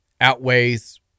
outweighs